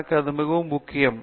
எனக்கு இது மிகவும் முக்கியம்